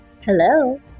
Hello